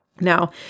Now